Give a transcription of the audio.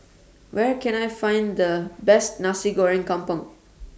Where Can I Find The Best Nasi Goreng Kampung